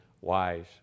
wise